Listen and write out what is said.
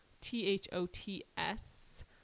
T-H-O-T-S